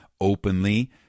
openly